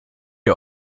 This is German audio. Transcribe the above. ihr